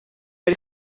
ari